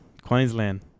Queensland